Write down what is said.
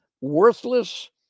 worthless